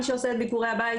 או מי שעושה את ביקורי הבית,